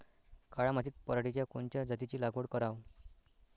काळ्या मातीत पराटीच्या कोनच्या जातीची लागवड कराव?